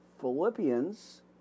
Philippians